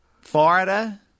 Florida